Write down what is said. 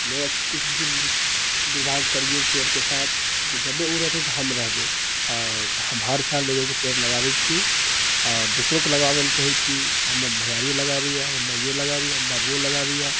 नहि किछु दुरु दुर्भाग्य करिऔ पेड़के साथ किआकी जखने ओ रहतै तऽ हम रहबै आओर हम हर साल एगो कऽ पेड़ लगाबैत छी आओर दोसरोके लगबाबै लए कहैत छी हमर भैआरिओ लगाबैए हमर माइयो लगाबैए हमर बाबुओ लगाबैए